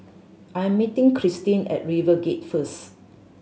I am meeting Kristyn at RiverGate first